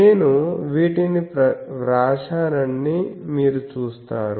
నేను వీటిని వ్రాశానని మీరు చూస్తారు